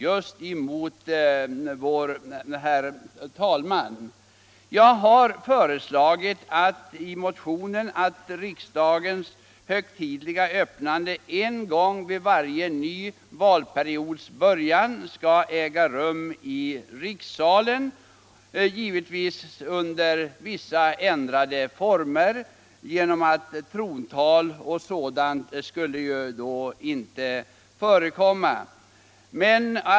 Jag har i motionen föreslagit att riksmötets högtidliga öppnande vid varje ny valperiods början skall äga rum i rikssalen, givetvis under vissa ändrade former — trontal och sådant skulle inte förekomma.